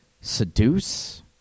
seduce